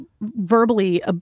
verbally